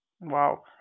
Wow